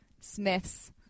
Smith's